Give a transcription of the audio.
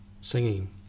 Singing